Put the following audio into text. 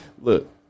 Look